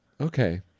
Okay